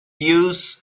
use